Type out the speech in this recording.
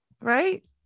right